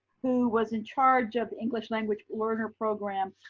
who was in charge of english language learner program,